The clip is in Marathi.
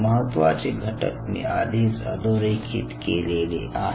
महत्त्वाचे घटक मी आधीच अधोरेखित केलेले आहे